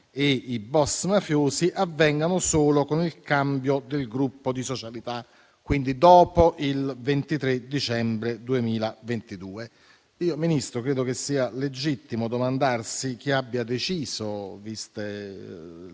e i *boss* mafiosi avvengano solo con il cambio del gruppo di socialità e, quindi, dopo il 23 dicembre 2022. Credo dunque, signor Ministro, che sia legittimo domandarsi chi abbia deciso,